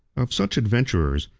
of such adventurers,